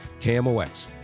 KMOX